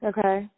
Okay